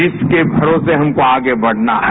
जिसके भरोसे हमको आगे बढना है